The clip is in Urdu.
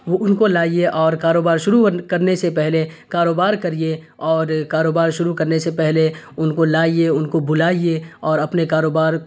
وہ ان کو لائیے اور کاروبار شروع کرنے سے پہلے کاروبار کریے اور کاروبار شروع کرنے سے پہلے ان کو لائیے ان کو بلائیے اور اپنے کاروبار